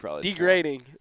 degrading